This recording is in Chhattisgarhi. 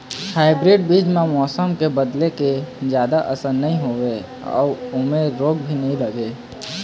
हाइब्रीड बीज म मौसम बदले के जादा असर नई होवे अऊ ऐमें रोग भी नई लगे